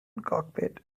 cockpit